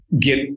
get